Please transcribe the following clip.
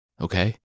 okay